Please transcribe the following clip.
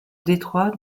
détroit